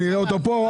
נראה אותו פה,